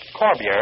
Corbier